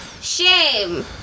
Shame